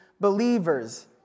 believers